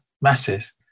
masses